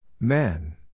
Men